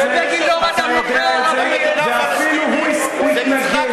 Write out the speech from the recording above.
אפילו הוא התנגד.